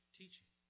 teaching